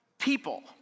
People